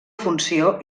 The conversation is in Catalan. funció